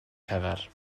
cyfer